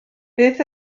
beth